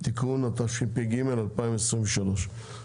(תיקון) התשפ"ג-2023.